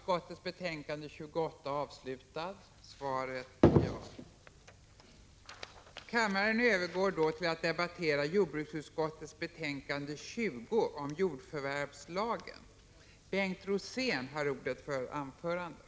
Kammaren övergår nu till att debattera jordbruksutskottets betänkande 21 om ändring i naturvårdslagen.